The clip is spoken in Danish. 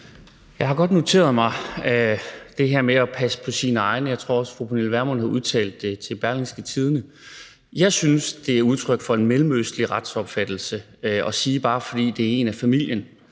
Jeg har godt noteret mig det her med at passe på sine egne, og jeg tror også, at fru Pernille Vermund har udtalt det til Berlingske. Jeg synes, det er udtryk for en mellemøstlig retsopfattelse at sige, at bare fordi det er en af familien,